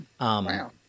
Wow